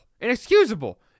Inexcusable